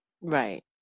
Right